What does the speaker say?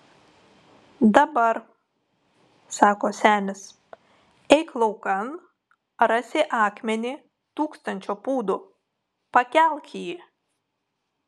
dabar sako senis eik laukan rasi akmenį tūkstančio pūdų pakelk jį